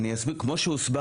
כמו שהוסבר